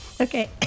Okay